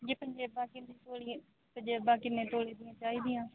ਜੀ ਪੰਜੇਬਾਂ ਕਿੰਨੇ ਤੋਲੇ ਪੰਜੇਬਾਂ ਕਿੰਨੇ ਤੋਲੇ ਦੀਆਂ ਚਾਹੀਦੀਆਂ